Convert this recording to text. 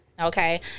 Okay